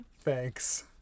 Thanks